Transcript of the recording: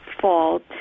fault